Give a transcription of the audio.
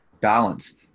balanced